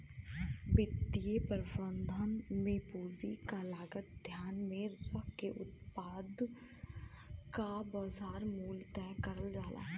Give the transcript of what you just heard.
वित्तीय प्रबंधन में पूंजी क लागत ध्यान में रखके उत्पाद क बाजार मूल्य तय करल जाला